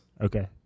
Okay